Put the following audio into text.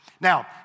Now